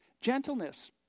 Gentleness